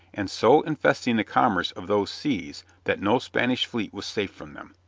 and so infesting the commerce of those seas that no spanish fleet was safe from them.